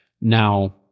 Now